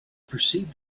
perceived